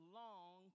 long